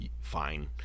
Fine